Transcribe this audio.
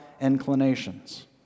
inclinations